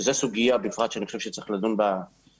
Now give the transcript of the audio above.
שזה סוגיה בפרט שאני חושב שצריך לדון בה בכדורסל,